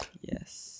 Yes